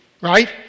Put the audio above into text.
Right